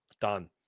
done